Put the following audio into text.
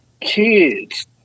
kids